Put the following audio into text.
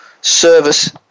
service